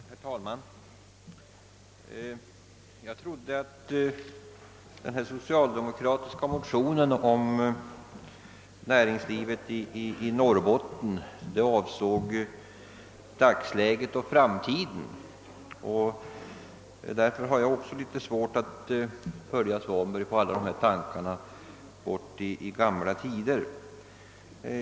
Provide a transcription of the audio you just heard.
Herr talman! Jag trodde att den socialdemokratiska motionen om näringslivet i Norrbotten avsåg dagsläget och framtiden. Därför har jag litet svårt att följa med herr Svanberg i resonemanget om gamla tider.